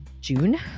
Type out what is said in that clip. June